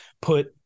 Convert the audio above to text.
put